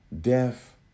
death